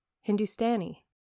Hindustani